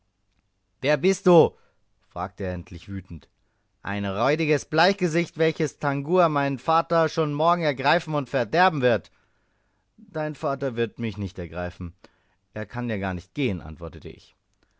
wer bist du fragte er endlich wütend ein räudiges bleichgesicht welches tangua mein vater schon morgen ergreifen und verderben wird dein vater wird mich nicht ergreifen er kann ja gar nicht gehen antwortete ich